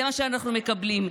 זה מה שאנחנו מקבלים.